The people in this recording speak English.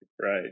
right